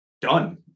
done